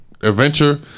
adventure